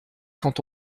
quand